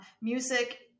music